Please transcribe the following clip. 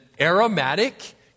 aromatic